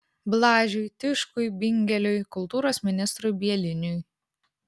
blažiui tiškui bingeliui kultūros ministrui bieliniui